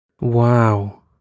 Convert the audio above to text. Wow